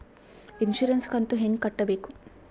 Insurance ಕಂತು ಹೆಂಗ ಕಟ್ಟಬೇಕು?